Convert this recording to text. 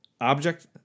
object